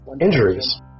injuries